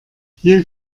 hier